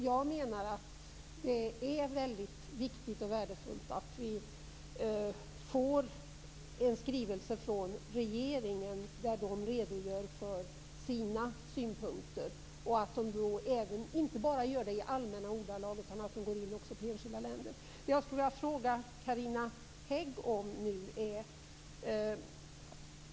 Jag menar att det är väldigt viktigt och värdefullt att vi får en skrivelse från regeringen där den redogör för sina synpunkter och att den inte bara gör det i allmänna ordalag utan att den också går in på enskilda länder. Jag skulle vilja ställa en fråga till Carina Hägg.